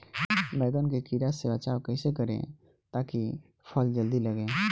बैंगन के कीड़ा से बचाव कैसे करे ता की फल जल्दी लगे?